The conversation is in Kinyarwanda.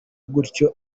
gutyo